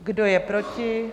Kdo je proti?